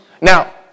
Now